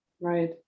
Right